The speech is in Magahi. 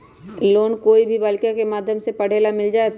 लोन कोई भी बालिका के माध्यम से पढे ला मिल जायत?